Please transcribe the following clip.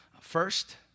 First